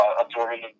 absorbing